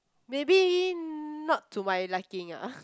maybe not to my liking ah